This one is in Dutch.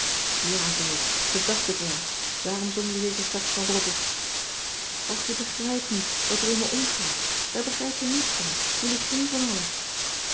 ja zei ik dat dacht ik wel daarom zong je zeker straks van robert och je begrijpt niet wat er in me omgaat daar begrijp je niets van jullie geen van allen